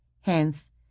Hence